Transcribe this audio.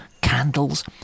candles